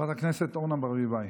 חברת הכנסת אורנה ברביבאי.